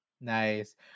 Nice